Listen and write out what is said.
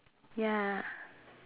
ya